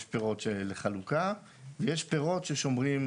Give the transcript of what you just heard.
יש פירות לחלוקה, יש פירות ששומרים